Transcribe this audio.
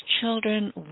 children